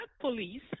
police